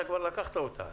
כבר לקחת אותה.